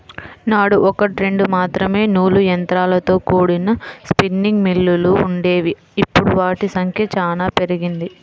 నాడు ఒకట్రెండు మాత్రమే నూలు యంత్రాలతో కూడిన స్పిన్నింగ్ మిల్లులు వుండేవి, ఇప్పుడు వాటి సంఖ్య చానా పెరిగింది